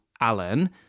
alan